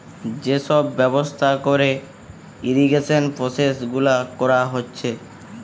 যে সব ব্যবস্থা কোরে ইরিগেশন প্রসেস গুলা কোরা হচ্ছে